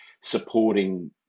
supporting